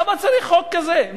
למה צריך חוק כזה?